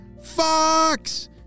Fox